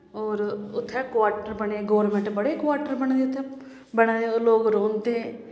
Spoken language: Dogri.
होर उत्थें क्वाटर बने दे गौरमैंट बड़े क्वाटर बने दे उत्थें बने दे लोग रौंह्दे